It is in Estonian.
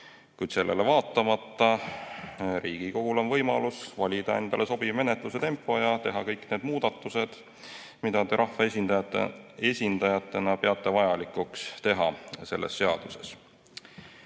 Kuid sellele vaatamata Riigikogul on võimalus valida endale sobiv menetluse tempo ja teha kõik need muudatused, mida te rahvaesindajatena peate vajalikuks teha selles seaduses.